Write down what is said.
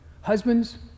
Husbands